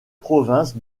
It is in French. province